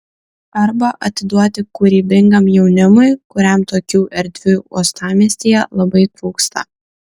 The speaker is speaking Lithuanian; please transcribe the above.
arba atiduoti kūrybingam jaunimui kuriam tokių erdvių uostamiestyje labai trūksta